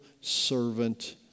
servant